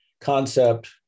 concept